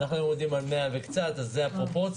אנחנו היום עומדים על מאה וקצת זו הפרופורציה.